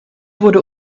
wurde